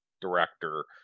director